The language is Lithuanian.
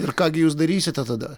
ir ką gi jūs darysite tada